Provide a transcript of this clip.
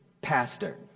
Pastor